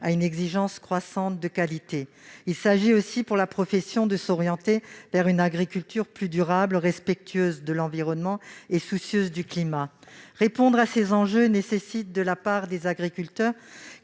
à une exigence croissante de qualité. Il s'agit aussi pour la profession de s'orienter vers une agriculture plus durable, respectueuse de l'environnement et soucieuse du climat. Répondre à ces enjeux nécessite de la part des agriculteurs